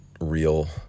real